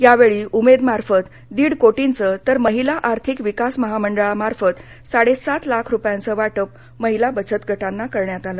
या वेळीउमेदमार्फत दीड कोटींचे तर महिला आर्थिक विकास महामंडळामार्फत साडे सात लाख रुपयांचं वाटप महिला बचत गटांना करण्यात आले